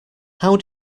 how